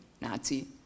Nazi